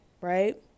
right